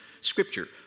scripture